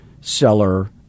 seller